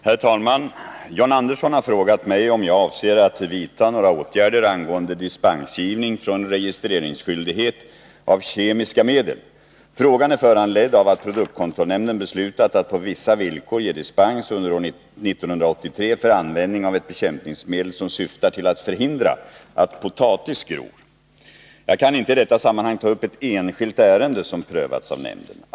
Herr talman! John Andersson har frågat mig om jag avser att vidta några åtgärder angående dispensgivning från registreringsskyldighet av kemiska medel. Frågan är föranledd av att produktkontrollnämnden beslutat att på vissa villkor ge dispens under år 1983 för användning av ett bekämpningsmedel som syftar till att förhindra att potatis gror. Jag kan inte i detta sammanhang ta upp ett enskilt ärende som prövats av nämnden.